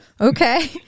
Okay